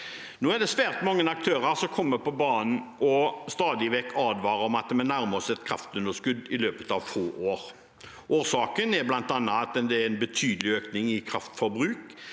Nå er det svært mange aktører som kommer på banen og stadig vekk advarer om at vi nærmer oss et kraftunderskudd i løpet av få år. Årsaken er bl.a. at det er en betydelig økning i kraftforbruk,